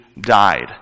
died